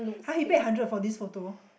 [huh] you paid hundred for this photo